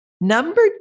Number